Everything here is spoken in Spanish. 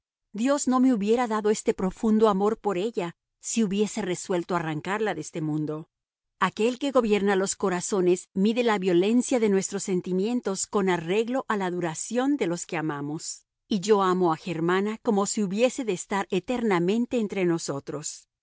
dios no me hubiera dado este profundo amor por ella si hubiese resuelto arrancarla de este mundo aquel que gobierna los corazones mide la violencia de nuestros sentimientos con arreglo a la duración de lo que amamos y yo amo a germana como si hubiese de estar eternamente entre nosotros